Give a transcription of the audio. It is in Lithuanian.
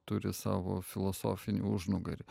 turi savo filosofinį užnugarį